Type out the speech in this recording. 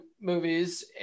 movies